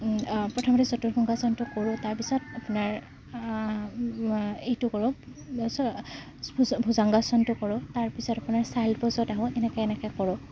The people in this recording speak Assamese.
প্ৰথমতে কৰোঁ তাৰ পিছত আপোনাৰ এইটো কৰোঁ ভূজংগাসনটো কৰোঁ তাৰ পিছত আপোনাৰ পজত আহোঁ এনেকৈ এনেকৈ কৰোঁ